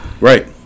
Right